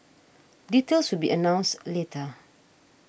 details will be announced later